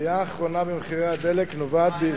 העלייה האחרונה במחירי הדלק נובעת,